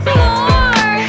more